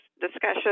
discussion